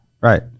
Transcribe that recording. right